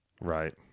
Right